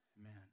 amen